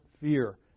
fear